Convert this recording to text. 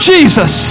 Jesus